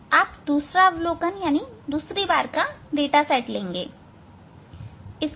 आप दूसरा अवलोकन दूसरी बार डाटा सेट लेंगे